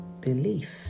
belief